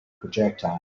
projectile